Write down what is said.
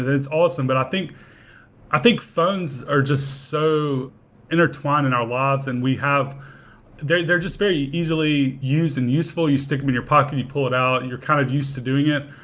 it's awesome. but i think i think phones are just so intertwined in our lives and we have they're they're just very easily used and useful, you stick them in your pocket and you pull it out and you're kind of used to doing it.